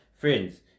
Friends